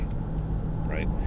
Right